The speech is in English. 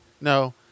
No